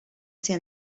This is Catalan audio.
ser